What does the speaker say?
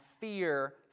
fear